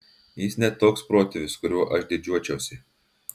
jis ne toks protėvis kuriuo aš didžiuočiausi